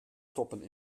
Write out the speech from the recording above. stoppen